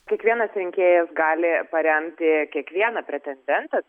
kiekvienas rinkėjas gali paremti kiekvieną pretendentą